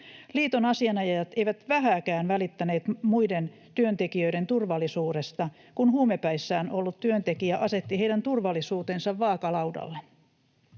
Liiton asianajajat eivät vähääkään välittäneet muiden työntekijöiden turvallisuudesta, kun huumepäissään ollut työntekijä asetti heidän turvallisuutensa vaakalaudalle.